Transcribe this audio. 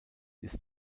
ist